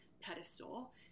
pedestal